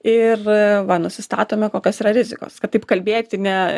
ir va nusistatome kokios yra rizikos kad taip kalbėti ne